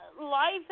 life